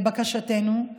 לבקשתנו,